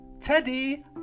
Teddy